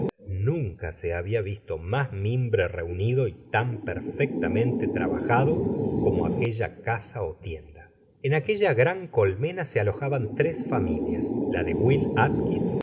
nunca se habia visto mas mimbre reunido y tan perfectamente trabajado como aquella casa ó tienda en aquella gran colmena se aloaban tres familias la de will atkins